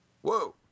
Whoa